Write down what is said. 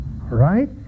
Right